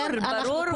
ברור, לי זה ברור.